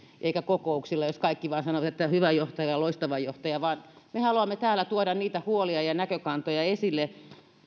tai kokouksilla jos kaikki vain sanovat että hyvä johtaja loistava johtaja me haluamme täällä tuoda niitä huolia ja näkökantoja esille